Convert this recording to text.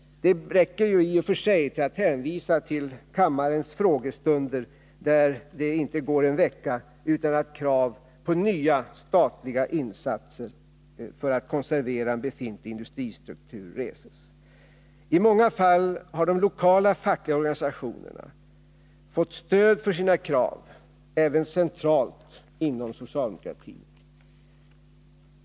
Det räcker i och för sig med att hänvisa till kammarens frågestunder, där det inte går en vecka utan att krav på nya statliga insatser för att konservera en befintlig industristruktur reses. I många fall har de lokala fackliga organisationerna fått stöd för sina krav även centralt inom socialdemokratin.